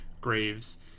graves